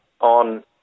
on